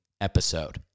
episode